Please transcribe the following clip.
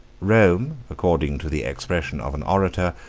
rome, according to the expression of an orator,